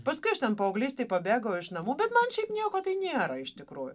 paskui aš ten paauglystėj pabėgau iš namų bet man šiaip nieko tai nėra iš tikrųjų